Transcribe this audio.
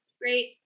great